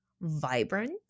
vibrant